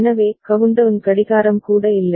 எனவே கவுண்டவுன் கடிகாரம் கூட இல்லை